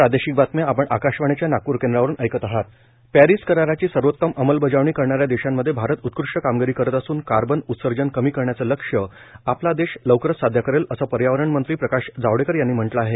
प्रिस कराराची सर्वोत्तम अंमलबजावणी करणाऱ्या देशांमध्ये भारत उत्कृष्ट कामगिरी करत असून कार्बन उत्सर्जन कमी करण्याचं लक्ष्य आपला देश लवकरच साध्य करेल असं पर्यावरण मंत्री प्रकाश जावडेकर यांनी म्हटलं आहे